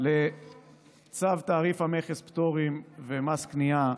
לצו תעריף המכס (פטורים ומס קנייה),